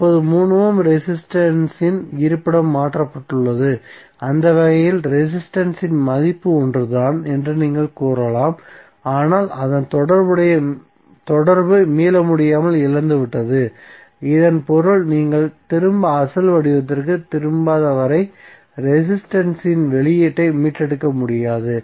இப்போது 3 ohm resistance இன் இருப்பிடம் மாற்றப்பட்டுள்ளது அந்த வகையில் ரெசிஸ்டரின் மதிப்பு ஒன்றுதான் என்று நீங்கள் கூறலாம் ஆனால் அதன் தொடர்பு மீளமுடியாமல் இழந்துவிட்டது இதன் பொருள் நீங்கள் திரும்ப அசல் வடிவத்திற்கு திரும்பாத வரை ரெசிஸ்டரின் வெளியீட்டை மீட்டெடுக்க முடியாது